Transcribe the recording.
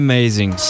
Amazing